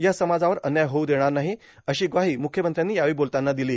या समाजावर अन्याय होऊ देणार नाही अशी ग्वाही मुख्यमंत्र्यांनी यावेळी बोलतांना दिली